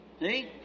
See